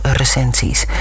recensies